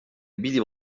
billy